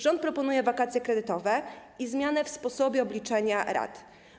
Rząd proponuje wakacje kredytowe i zmianę w sposobie obliczania rat.